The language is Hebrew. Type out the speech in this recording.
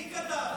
מי כתב?